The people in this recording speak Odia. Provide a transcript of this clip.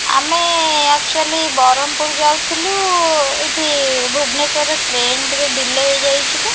ଆମେ ଆକ୍ଚୁଆଲି ବ୍ରହ୍ମପୁର ଯାଉଥିଲୁ ଏଠି ଭୁବନେଶ୍ୱରରେ ଟ୍ରେନ୍ ଟିକିଏ ଡିଲେ ହେଇଯାଇଛି ତ